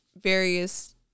various